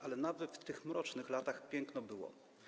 Ale nawet w tych mrocznych latach piękno było.